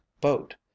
boat